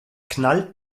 knallt